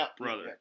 brother